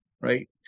right